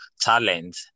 talent